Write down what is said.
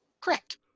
correct